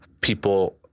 People